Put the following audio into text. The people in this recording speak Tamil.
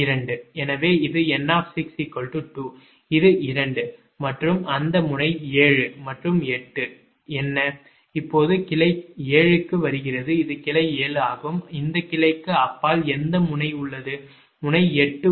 எனவே இது 𝑁 2 இது 2 மற்றும் அந்த முனை 7 மற்றும் 8 என்ன இப்போது கிளை 7 க்கு வருகிறது இது கிளை 7 ஆகும் இந்த கிளைக்கு அப்பால் எந்த முனை உள்ளது முனை 8 உள்ளது